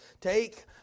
take